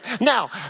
now